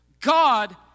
God